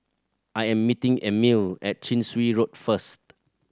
I am meeting Emilie at Chin Swee Road first